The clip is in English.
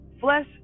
Flesh